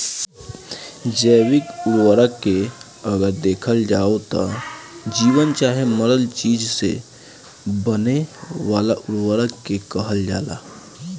जैविक उर्वरक के अगर देखल जाव त जीवित चाहे मरल चीज से बने वाला उर्वरक के कहल जाला